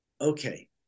Okay